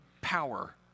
power